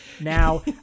Now